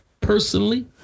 personally